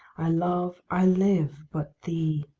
i love, i live but thee.